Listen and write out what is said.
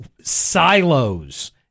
silos